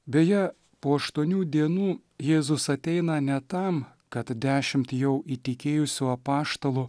beje po aštuonių dienų jėzus ateina ne tam kad dešimt jau įtikėjusių apaštalų